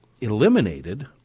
eliminated